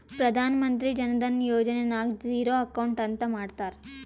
ಪ್ರಧಾನ್ ಮಂತ್ರಿ ಜನ ಧನ ಯೋಜನೆ ನಾಗ್ zero account ಅಂತ ಮಾಡ್ತಾರ